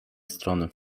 strony